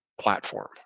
platform